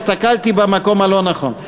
הסתכלתי למקום הלא-נכון,